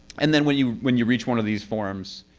and then when you when you reach one of these forms,